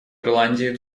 ирландии